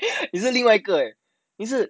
你是另外一个 eh 你是